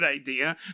idea